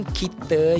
kita